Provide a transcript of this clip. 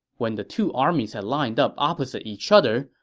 when the two armies had lined up opposite each other,